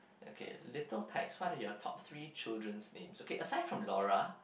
okay little text what are your top three children's names aside from Laura